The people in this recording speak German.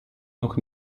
noch